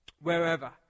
wherever